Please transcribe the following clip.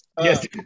Yes